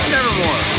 Nevermore